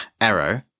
arrow